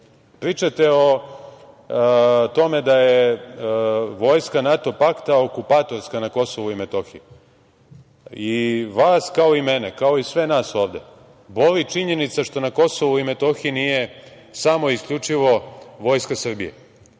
Pričate o tome da je vojska NATO pakta okupatorska na Kosovu i Metohiji.I vas, kao i mene, kao i sve nas ovde, boli činjenica što na Kosovu i Metohiji nije samo i isključivo Vojska Srbije,